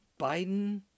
Biden